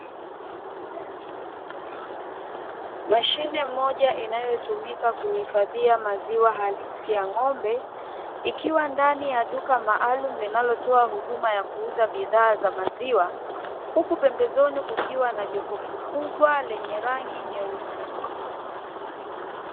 Mashine moja inayotumika kuhifadhia maziwa halisi ya ng'ombe, ikiwa ndani ya duka maalumu linatoa huduma ya kuuza bidhaa za maziwa, huku pemebezoni kukiwa na jokofu kubwa lenye rangi nyeusi.